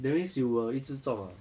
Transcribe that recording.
that means you will 一直中啊